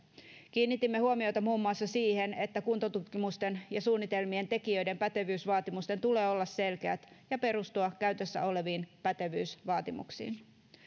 kiinnitimme huomiota muun muassa siihen että kuntotutkimusten ja suunnitelmien tekijöiden pätevyysvaatimusten tulee olla selkeät ja perustua käytössä oleviin pätevyysvaatimuksiin